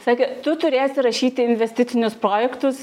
sakė tu turėsi rašyti investicinius projektus